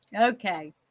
Okay